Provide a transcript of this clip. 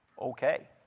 Okay